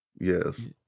Yes